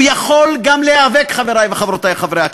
הוא יכול גם להיאבק, חברי וחברותי חברי הכנסת,